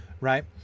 Right